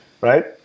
right